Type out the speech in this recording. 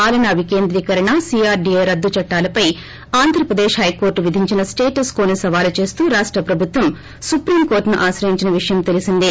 పాలన వీకేంద్రీకరణ సీఆర్డీఏ రద్దు చట్లాలపై ఆంధ్రప్రదేశ్ హైకోర్టు విధించిన స్టేటస్ కోను సవాల్ చేస్తూ రాష్ట ప్రభుత్వం సుప్రీంకోర్టును ఆశ్రయించిన విషయం తెలీసిందే